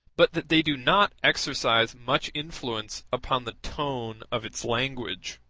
but that they do not exercise much influence upon the tone of its language.